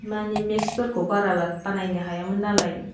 माने मेथ्सफोरखौ बारा बानायनो हायामोन नालाय